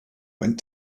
went